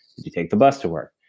did you take the bus to work?